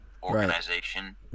organization